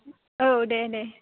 औ दे दे